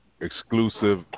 exclusive